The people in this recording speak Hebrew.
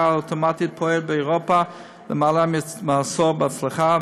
האוטומטית פועל באירופה למעלה מעשור בהצלחה,